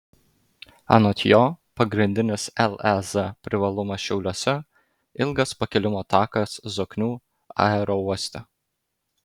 anot jo pagrindinis lez privalumas šiauliuose ilgas pakilimo takas zoknių aerouoste